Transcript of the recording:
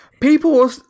People